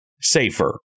safer